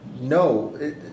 No